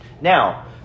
Now